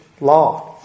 law